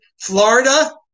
Florida